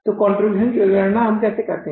तो हम कंट्रीब्यूशन की गणना कैसे करते हैं